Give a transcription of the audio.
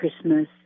Christmas